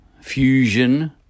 fusion